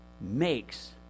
makes